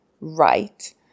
right